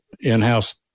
in-house